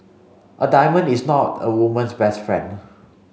a diamond is not a woman's best friend